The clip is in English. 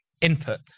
input